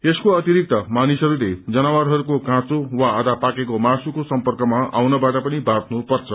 यसको अतिरिक्त मानिसहरूले जनावरहरूको काँचो वा आधा पाकेको मासुको सम्पर्कमा आउनबाट पनि बाँच्नु पर्छ